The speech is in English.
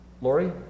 Lori